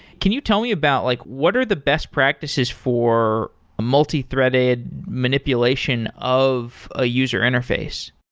can you tell me about like what are the best practices for a multi-threaded manipulation of a user interface?